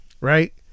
Right